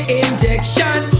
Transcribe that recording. injection